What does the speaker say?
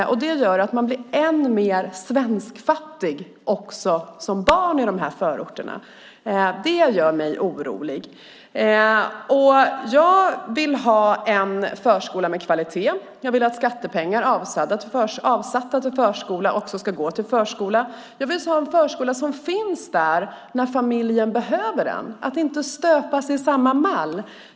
Därmed blir man, även som barn, än mer svenskfattig i dessa förorter. Det gör mig orolig. Jag vill ha en förskola med kvalitet. Jag vill att skattepengar avsatta till förskolan också ska gå till förskolan. Jag vill ha en förskola som finns där när familjen behöver den, att man inte ska stöpas i samma mall.